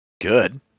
good